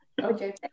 Okay